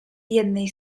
jednej